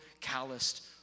calloused